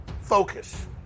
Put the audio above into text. Focus